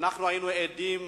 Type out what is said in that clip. היינו עדים